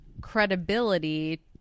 credibility